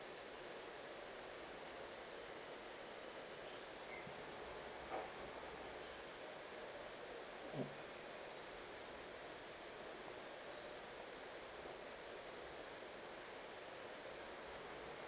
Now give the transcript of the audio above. mm